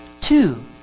two